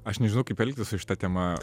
aš nežinau kaip elgtis su šita tema